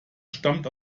stammt